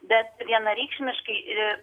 bet vienareikšmiškai ir